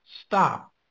stop